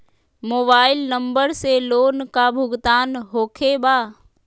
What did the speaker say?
Mobile number से loan का भुगतान होखे बा?